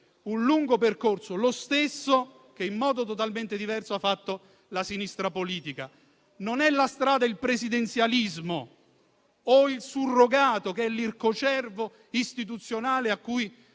un lungo percorso, lo stesso che in modo totalmente diverso ha fatto la sinistra politica. La strada non è il presidenzialismo o il surrogato che è l'ircocervo istituzionale a cui